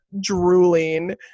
drooling